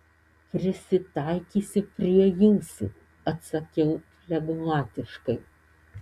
prisitaikysiu prie jūsų atsakiau flegmatiškai